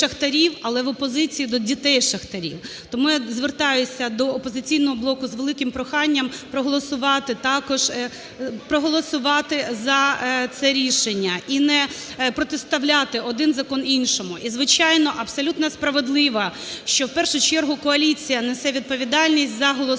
але в опозиції до дітей шахтарів. Тому я звертаюсь до "Опозиційного блоку" з великим проханням проголосувати також… проголосувати за це рішення і не протиставляти один закон іншому. І, звичайно, абсолютно справедливо, що в першу чергу коаліція несе відповідальність за голосування.